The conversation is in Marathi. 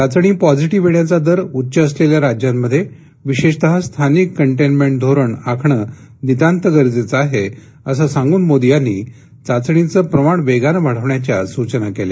चाचणी पॉझिटीव येण्याचा दर उच्च असलेल्या राज्यांमध्ये विशेषतः स्थानिक कंटेनमेंट धोरण आखणं नितांत गरजेचं आहे असं सांगून मोदी यांनी चाचणीचं प्रमाण वेगानं वाढवण्याच्या सूचना केल्या